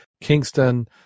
Kingston